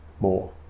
more